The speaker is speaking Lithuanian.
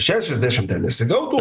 šešiasešim ten nesigautų